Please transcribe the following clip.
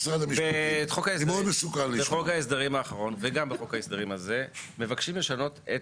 בחוק ההסדרים האחרון וגם בחוק ההסדרים הזה מבקשים לשנות את